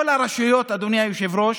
כל הרשויות, אדוני היושב-ראש,